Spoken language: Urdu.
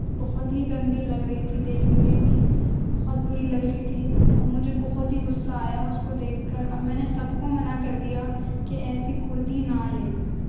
بہت ہی گندی لگ رہی تھی دیکھنے میں بھی بہت بری لگ رہی تھی اور مجھے بہت ہی غصہ آیا اس کو دیکھ کر اور میں نے سب کو منع کر دیا کہ ایسی کرتی نہ لیں